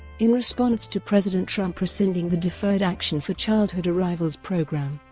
in response to president trump rescinding the deferred action for childhood arrivals program,